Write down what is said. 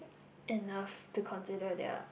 enough to consider their